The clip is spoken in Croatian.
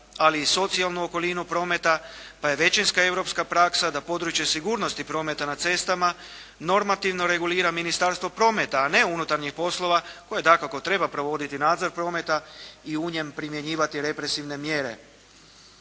ali i socijalnu okolinu prometa pa je većinska europska praksa da područje sigurnosti prometa na cestama normativno regulira Ministarstvo prometa, a ne unutarnjih poslova koje dakako treba provoditi nadzor prometa i u njem primjenjivati represivne mjere.